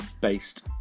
based